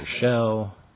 shell